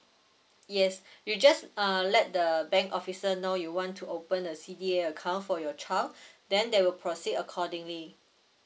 yes you just uh let the bank officer know you want to open a C_D_A account for your child then they will proceed accordingly